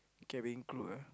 cabin crew ah